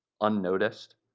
unnoticed